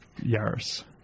yaris